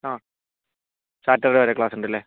ആ സാറ്റർഡേ വരെ ക്ലാസ്സ് ഉണ്ടല്ലേ